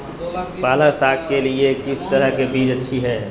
पालक साग के लिए किस तरह के बीज अच्छी है?